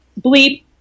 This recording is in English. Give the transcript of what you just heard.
bleep